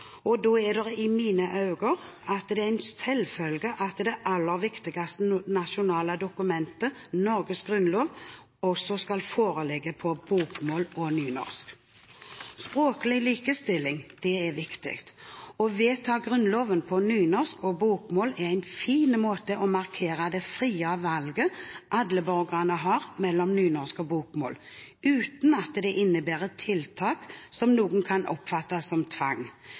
er det i mine øyne en selvfølge at det aller viktigste nasjonale dokumentet, Norges grunnlov, skal foreligge på både bokmål og nynorsk. Språklig likestilling er viktig. Å vedta at Grunnloven skal være på nynorsk og på bokmål, er en fin måte å markere det frie valget – mellom nynorsk og bokmål – alle borgere har, uten at det innebærer tiltak som noen kan oppfatte som tvang,